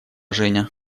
женя